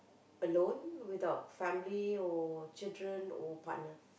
alone without family or children or partner